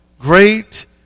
Great